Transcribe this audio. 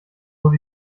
muss